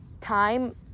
time